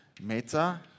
meta